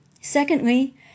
Secondly